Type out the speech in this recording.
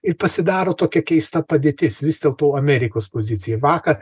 ir pasidaro tokia keista padėtis vis dėlto amerikos pozicija vakar